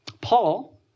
Paul